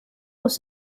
muss